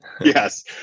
Yes